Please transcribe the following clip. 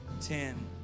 ten